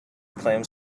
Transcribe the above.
claims